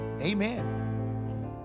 Amen